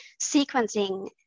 sequencing